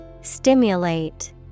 Stimulate